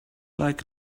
like